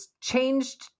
changed